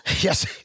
Yes